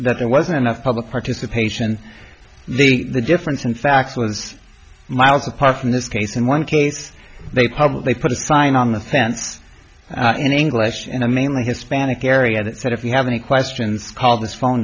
that there wasn't enough public participation then the difference in facts was miles apart from this case in one case they probably put a sign on the fence in english and i mainly hispanic area that said if you have any questions call this phone